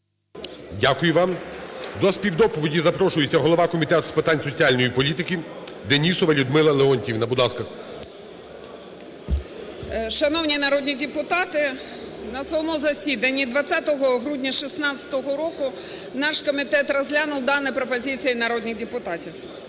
Дякую вам. До співдоповіді запрошується голова Комітету з питань соціальної політики Денісова Людмила Леонтіївна, будь ласка. 10:32:32 ДЕНІСОВА Л.Л. Шановні народні депутати! На своєму засіданні 20 грудня 2016 року наш комітет розглянув дану пропозицію народних депутатів.